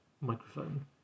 microphone